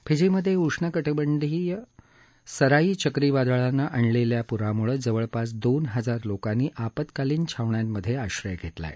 फिजीमध्ये उष्णकटिबंधीय सराई चक्रीवादळानं आणलेल्या पुरामुळे जवळपास दोन हजार लोकांनी आपत्कालीन छावण्यांमध्ये आश्रय घेतला आहे